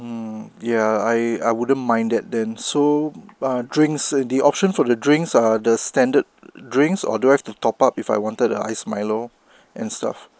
um yeah I I wouldn't mind that then so uh drinks the option for the drinks are the standard drinks or do I have to top up if I wanted uh ice milo and stuff